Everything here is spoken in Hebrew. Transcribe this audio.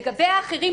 לגבי אחרים,